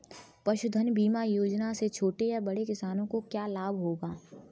पशुधन बीमा योजना से छोटे या बड़े किसानों को क्या लाभ होगा?